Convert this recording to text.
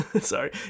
sorry